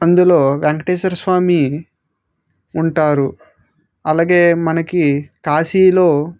అందులో వేంకటేశ్వరస్వామి ఉంటారు అలాగే మనకి కాశీలో